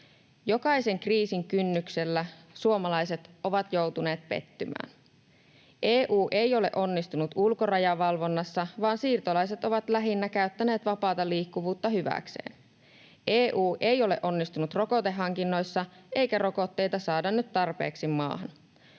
Jokaisen kriisin kynnyksellä suomalaiset ovat joutuneet pettymään. EU ei ole onnistunut ulkorajavalvonnassa, vaan siirtolaiset ovat lähinnä käyttäneet vapaata liikkuvuutta hyväkseen. EU ei ole onnistunut rokotehankinnoissa, eikä rokotteita saada nyt tarpeeksi maahan.